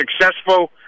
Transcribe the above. successful